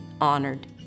honored